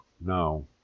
No